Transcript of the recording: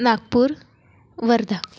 Nagpur Wardha